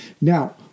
Now